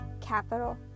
capital